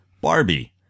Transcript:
Barbie